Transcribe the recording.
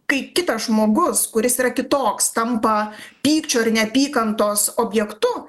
kaip kitas žmogus kuris yra kitoks tampa pykčio ar neapykantos objektu